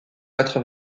quatre